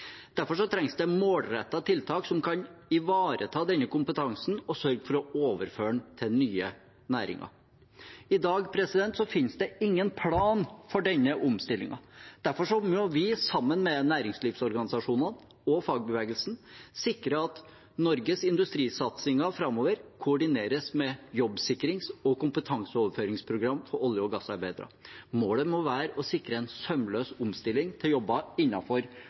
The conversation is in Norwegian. Derfor trengs det målrettede tiltak som kan ivareta denne kompetansen og sørge for å overføre den til nye næringer. I dag finnes det ingen plan for denne omstillingen. Derfor må vi sammen med næringslivsorganisasjonene og fagbevegelsen sikre at Norges industrisatsinger framover koordineres med jobbsikrings- og kompetanseoverføringsprogrammer for olje- og gassarbeidere. Målet må være å sikre en sømløs omstilling til